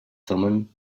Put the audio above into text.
thummim